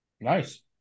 Nice